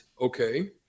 okay